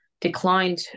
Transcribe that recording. declined